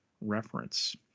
reference